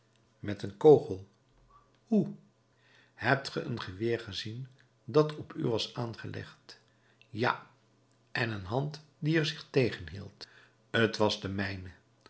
met een kogel hoe hebt ge een geweer gezien dat op u was aangelegd ja en een hand die er zich tegen hield t was de mijne